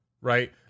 Right